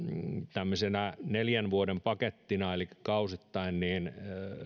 neljän vuoden pakettina elikkä kausittain niin